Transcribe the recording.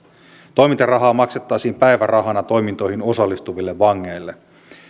toimintarahaa maksettaisiin päivärahana toimintoihin osallistuville vangeille